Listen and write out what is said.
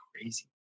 crazy